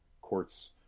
courts